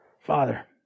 Father